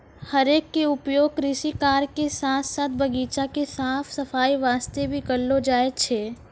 हे रेक के उपयोग कृषि कार्य के साथॅ साथॅ बगीचा के साफ सफाई वास्तॅ भी करलो जाय छै